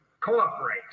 cooperate